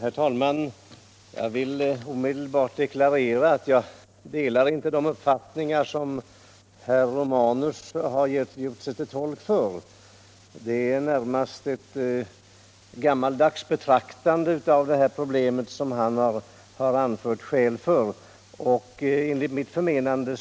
Herr talman! Jag vill omedelbart deklarera att jag inte delar de uppfattningar som herr Romanus har gjort sig till tolk för. Han har närmast anfört skäl för att man skall betrakta de här problemen på ct gammaldags sätt. Enligt mitt förmenande